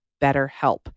BetterHelp